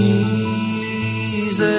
Jesus